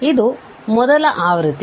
ಇದು ಮೊದಲ ಆವೃತ್ತಿ